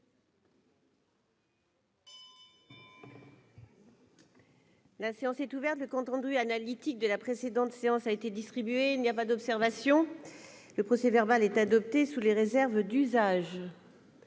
La séance est ouverte. Le compte rendu analytique de la précédente séance a été distribué. Il n'y a pas d'observation ?... Le procès-verbal est adopté sous les réserves d'usage.